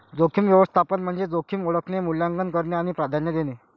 जोखीम व्यवस्थापन म्हणजे जोखीम ओळखणे, मूल्यांकन करणे आणि प्राधान्य देणे